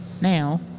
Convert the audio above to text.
now